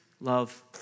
Love